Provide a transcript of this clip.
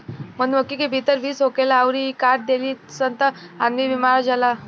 मधुमक्खी के भीतर विष होखेला अउरी इ काट देली सन त आदमी बेमार हो जाला